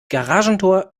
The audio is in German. garagentor